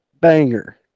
banger